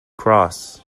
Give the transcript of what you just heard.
cross